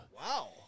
Wow